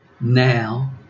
Now